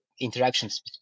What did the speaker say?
interactions